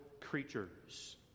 creatures